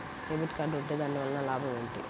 Debit card ఉంటే దాని వలన లాభం ఏమిటీ?